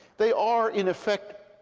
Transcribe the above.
they are, in effect,